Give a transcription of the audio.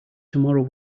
tomorrow